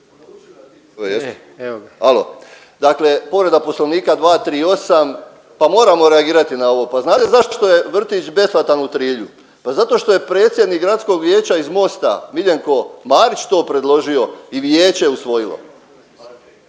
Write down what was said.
Dakle, povreda Poslovnika 238. pa moramo reagirati na ovo. Pa znate zašto je vrtić besplatan u Trilju? Pa zato što je predsjednik Gradskog vijeća iz Mosta Miljenko Marić to predložio i vijeće je usvojilo